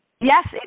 Yes